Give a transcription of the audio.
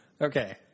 Okay